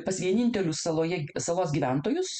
pas vienintelius saloje salos gyventojus